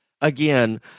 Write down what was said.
again